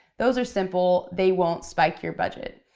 those are simple, they won't spike your budget.